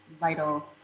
vital